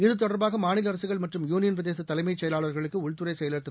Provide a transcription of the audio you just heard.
இது தொடர்பாக மாநில அரசுகள் மற்றும் யூளியன்பிரதேச தலைமைச் செயலாளர்களுக்கு உள்துறை செயலர் திரு